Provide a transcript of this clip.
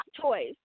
toys